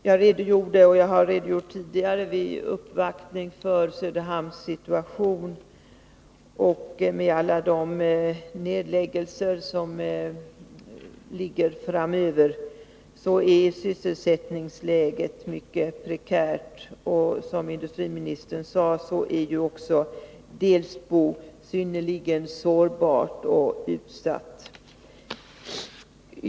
Jag har, bl.a. vid uppvaktningar, redogjort för Söderhamns situation. Med tanke på alla nedläggningar som förväntas framöver är sysselsättningsläget mycket prekärt. Som industriministern sade är också Delsbo synnerligen sårbart och utsatt.